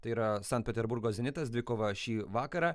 tai yra sankt peterburgo zenitas dvikova šį vakarą